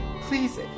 Please